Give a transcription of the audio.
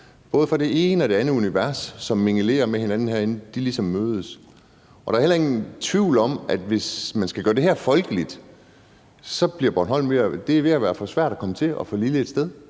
fra det ene og det andet univers, som mingelerer med hinanden herinde, ligesom mødes. Der er heller ingen tvivl om, at hvis man skal gøre det her folkeligt, er Bornholm ved at være for svær at komme til og for lille et sted.